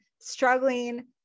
struggling